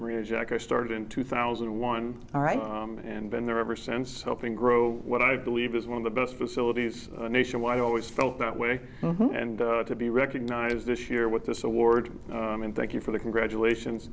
i started in two thousand and one all right and been there ever since helping grow what i believe is one of the best facilities nationwide i always felt that way and to be recognized this year with this award and thank you for the congratulations